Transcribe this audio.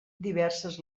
diverses